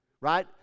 right